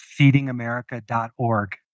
feedingamerica.org